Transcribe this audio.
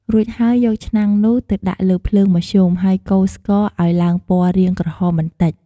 រួចហើយយកឆ្នាំងនោះទៅដាក់លើភ្លើងមធ្យម ហើយកូរស្ករឱ្យឡើងពណ៌រាងក្រហមបន្តិច។